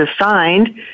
assigned